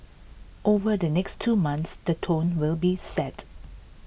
over the next two months the tone will be set